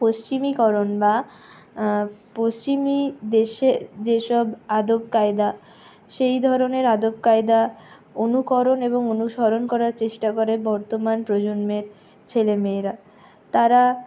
পশ্চিমীকরণ বা পশ্চিমী দেশের যেসব আদবকায়দা সেই ধরনের আদবকায়দা অনুকরণ এবং অনুসরণ করার চেষ্টা করে বর্তমান প্রজন্মের ছেলেমেয়েরা তারা